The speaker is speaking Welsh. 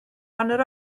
hanner